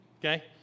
Okay